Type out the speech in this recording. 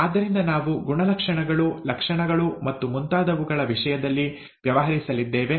ಆದ್ದರಿಂದ ನಾವು ಗುಣಲಕ್ಷಣಗಳು ಲಕ್ಷಣಗಳು ಮತ್ತು ಮುಂತಾದವುಗಳ ವಿಷಯದಲ್ಲಿ ವ್ಯವಹರಿಸಲಿದ್ದೇವೆ